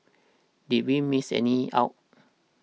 did we miss any out